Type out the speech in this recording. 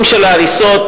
הרי הנתונים האלה הוצגו,